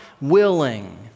willing